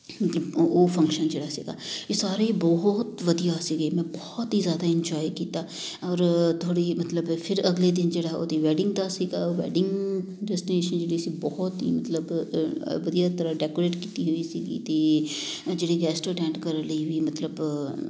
ਮਤਲਬ ਓ ਉਹ ਫੰਕਸ਼ਨ ਜਿਹੜਾ ਸੀਗਾ ਇਹ ਸਾਰੇ ਬਹੁਤ ਵਧੀਆ ਸੀਗੇ ਮੈਂ ਬਹੁਤ ਹੀ ਜ਼ਿਆਦਾ ਇੰਜੋਏ ਕੀਤਾ ਔਰ ਥੋੜ੍ਹੀ ਮਤਲਬ ਫਿਰ ਅਗਲੇ ਦਿਨ ਜਿਹੜਾ ਉਹਦੀ ਵੈਡਿੰਗ ਦਾ ਸੀਗਾ ਉਹ ਵੈਡਿੰਗ ਡਿਸਟੀਨੇਸ਼ਨ ਜਿਹੜੀ ਸੀ ਬਹੁਤ ਹੀ ਮਤਲਬ ਵਧੀਆ ਤਰ੍ਹਾਂ ਡੈਕੋਰੇਟ ਕੀਤੀ ਹੋਈ ਸੀਗੀ ਅਤੇ ਜਿਹੜੇ ਗੈਸਟ ਅਟੈਂਡ ਕਰਨ ਲਈ ਵੀ ਮਤਲਬ